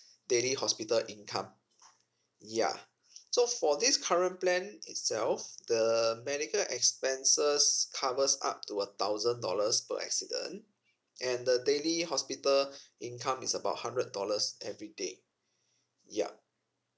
daily hospital income ya so for this current plan itself the medical expenses covers up to a thousand dollars per accident and the daily hospital income is about hundred dollars every day yup